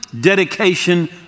dedication